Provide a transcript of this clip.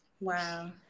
wow